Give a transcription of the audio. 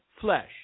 flesh